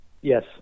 Yes